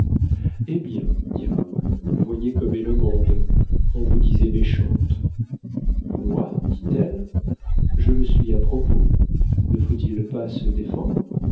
hé bien dit raoul voyez comme est le monde on vous disait méchante moi dit-elle je le suis à propos ne faut-il pas se défendre